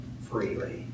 freely